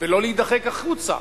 ולא להידחק החוצה.